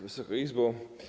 Wysoka Izbo!